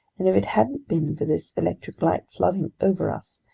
and if it hadn't been for this electric light flooding over us,